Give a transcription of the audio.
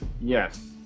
Yes